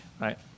right